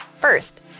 First